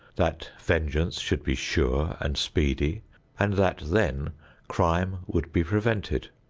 that vengeance should be sure and speedy and that then crime would be prevented.